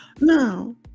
Now